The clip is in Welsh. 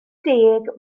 deg